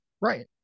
Right